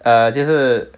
err 就是